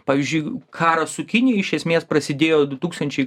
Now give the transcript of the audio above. pavyzdžiui karas su kinija iš esmės prasidėjo du tūkstančiai